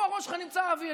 פה הראש שלך נמצא, אבי.